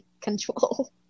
control